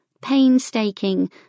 painstaking